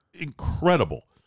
Incredible